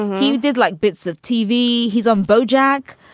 he did like bits of tv. he's on bojack.